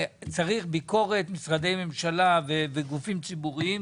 צריך ביקורת, משרדי ממשלה וגופים ציבוריים,